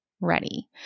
ready